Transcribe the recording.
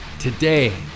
Today